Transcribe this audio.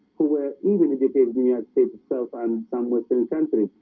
who were even indicated in your state itself um some western country,